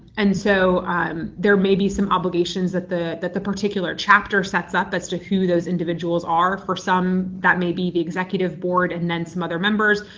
and so um there may be some obligations that the the particular chapter sets up as to who those individuals are. for some, that may be the executive board and then some other members.